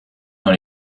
dans